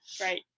right